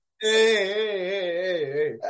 hey